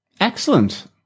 Excellent